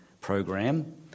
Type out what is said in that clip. program